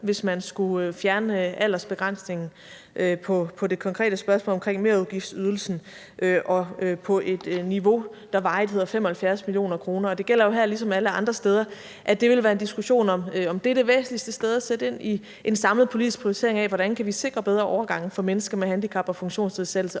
hvis man skulle fjerne aldersbegrænsningen – på det konkrete spørgsmål om merudgiftsydelsen på et niveau, der hedder 75 mio. kr. varigt. Det gælder jo her ligesom alle andre steder, at det vil være en diskussion om, om det er det væsentligste sted at sætte ind i en samlet politisk prioritering af, hvordan vi kan sikre bedre overgange for mennesker med handicap og funktionsnedsættelse.